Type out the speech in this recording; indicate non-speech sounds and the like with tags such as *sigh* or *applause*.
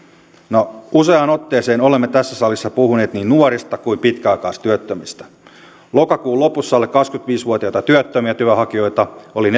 no useaan otteeseen olemme tässä salissa puhuneet niin nuorista kuin pitkäaikaistyöttömistä lokakuun lopussa alle kaksikymmentäviisi vuotiaita työttömiä työnhakijoita oli *unintelligible*